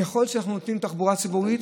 ככל שאנחנו נותנים תחבורה ציבורית